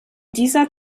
dieser